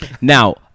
now